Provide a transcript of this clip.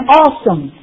awesome